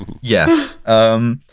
Yes